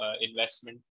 investment